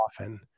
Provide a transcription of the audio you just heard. often